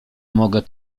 mogę